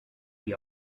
the